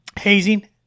hazing